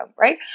right